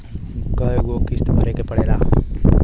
कय गो किस्त भरे के पड़ेला?